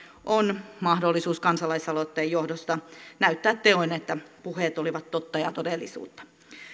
on mahdollisuus kansalaisaloitteen johdosta näyttää teoin että puheet olivat totta ja todellisuutta